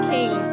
King